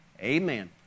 amen